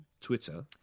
Twitter